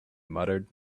muttered